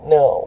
no